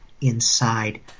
inside